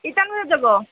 কেইটামান বজাত যাব